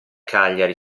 cagliari